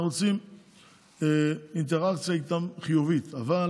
אנחנו רוצים אינטראקציה חיובית איתם, אבל